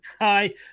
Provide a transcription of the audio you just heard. hi